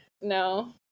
no